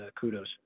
kudos